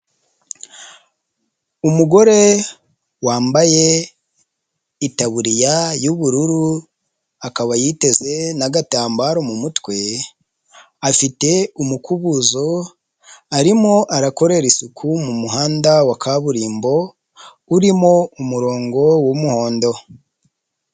Umugore wambaye itaburiya y'ubururu, akaba yiteze n'agatambaro mu mutwe, afite umukubuzo, arimo arakorera isuku mu muhanda wa kaburimbo, urimo umurongo w'umuhondo.